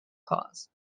cause